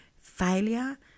failure